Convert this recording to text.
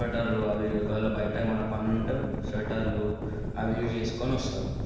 స్వెటర్లు అవి ఇవి ఒకవేళ బయట ఏమన్నా పనుంటే స్వెటర్లు అవీ ఇవీ వేసుకొని వస్తారు